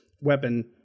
weapon